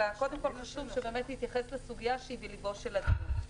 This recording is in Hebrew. אלא חשוב קודם כל שנתייחס לסוגיה שהיא בליבו של הדיון.